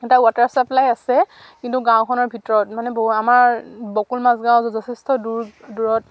এটা water supply আছে কিন্তু গাঁওখনৰ ভিতৰত মানে বহু আমাৰ বকুল মাাজগাঁও যথেষ্ট দূৰত